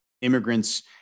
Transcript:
immigrants